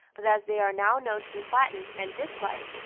but as they are now known to be flattened and disc-like,